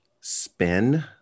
spin